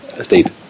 state